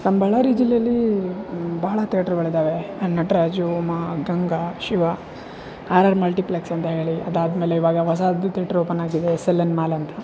ನಮ್ಮ ಬಳ್ಳಾರಿ ಜಿಲ್ಲೆಯಲ್ಲಿ ಬಹಳ ತೇಟ್ರ್ಗಳ್ ಇದಾವೆ Nataraju Uma Ganga Shiva R R multiplex ಅಂತ ಹೇಳಿ ಅದಾದಮೇಲೆ ಇವಾಗ ಹೊಸದು ತೇಟ್ರ್ ಓಪನ್ ಆಗಿದೆ ಎಸ್ ಎಲ್ ಎನ್ ಮಾಲ್ ಅಂತ